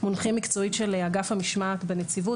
מונחים מקצועית על ידי אגף המשמעת בנציבות,